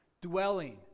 dwelling